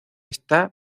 está